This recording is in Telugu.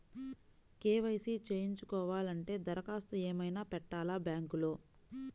కే.వై.సి చేయించుకోవాలి అంటే దరఖాస్తు ఏమయినా పెట్టాలా బ్యాంకులో?